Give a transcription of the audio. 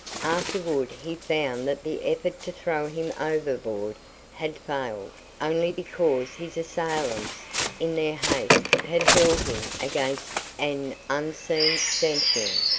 afterward he found that the effort to throw him overboard had failed only because his assailants in their haste had hurled him against an unseen stanchion.